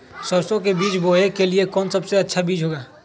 सरसो के बीज बोने के लिए कौन सबसे अच्छा बीज होगा?